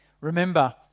Remember